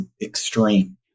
extreme